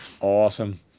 Awesome